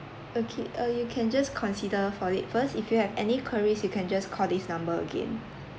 okay uh you can just consider for it first if you have any queries you can just call this number again